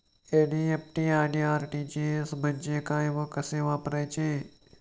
NEFT आणि RTGS म्हणजे काय व कसे वापरायचे?